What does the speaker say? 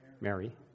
Mary